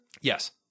Yes